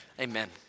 amen